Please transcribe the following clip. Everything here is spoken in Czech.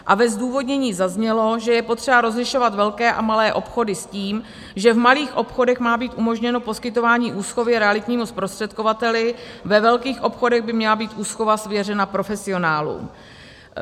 A ve zdůvodnění zaznělo, že je potřeba rozlišovat velké a malé obchody s tím, že v malých obchodech má být umožněno poskytování úschovy realitnímu zprostředkovateli, ve velkých obchodech by měla být úschova svěřena profesionálům.